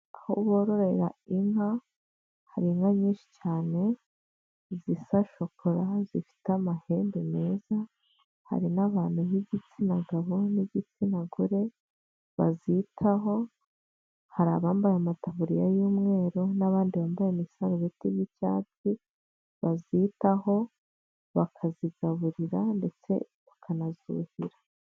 Aho bororera inka hari inka nyinshi cyane izisa shokora zifite amahembe meza hari n'abantu b'igitsina gabo n'igitsina gore bazitaho hari abambaye amatafuriya y'umweru n'abandi bambaye amasarubeti y'icyatsi bazitaho bakazigaburira ndetse bakanazuhira.